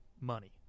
money